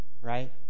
right